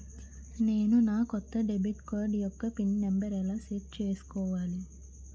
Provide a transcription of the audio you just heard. నేను నా కొత్త డెబిట్ కార్డ్ యెక్క పిన్ నెంబర్ని ఎలా సెట్ చేసుకోవాలి?